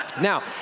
Now